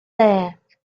back